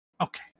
Okay